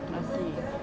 I see